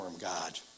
God